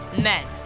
men